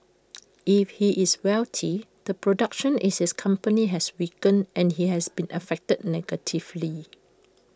if he is wealthy the production in his company has weakened and he has been affected negatively